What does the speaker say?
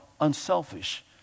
unselfish